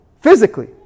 physically